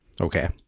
okay